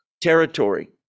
territory